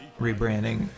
rebranding